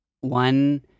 one